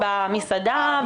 במסעדה,